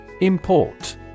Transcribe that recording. Import